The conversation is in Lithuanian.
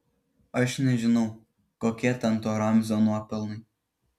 aš nežinau kokie ten to ramzio nuopelnai